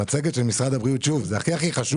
לגבי המצגת של משרד הבריאות, ושוב, זה הכי חשוב.